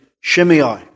Shimei